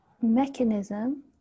mechanism